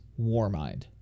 Warmind